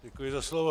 Děkuji za slovo.